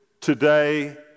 today